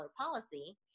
policy